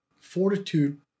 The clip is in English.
fortitude